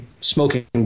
smoking